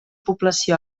població